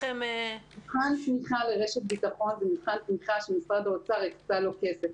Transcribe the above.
מבחן תמיכה לרשת ביטחון הוא מבחן תמיכה שמשרד האוצר הקצה לו כסף.